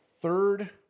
third